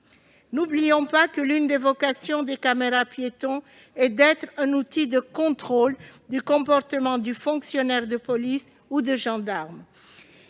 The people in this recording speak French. N'oublions pas que l'une des vocations des caméras-piétons est d'être un outil de contrôle du comportement du fonctionnaire de police ou du gendarme.